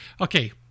Okay